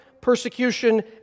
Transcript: persecution